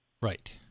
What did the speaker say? Right